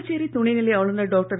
புதுச்சேரி துணைநிலை ஆளுனர் டாக்டர்